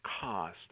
cost